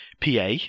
PA